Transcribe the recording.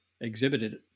exhibited